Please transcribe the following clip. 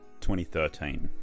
2013